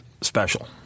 special